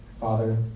Father